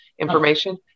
information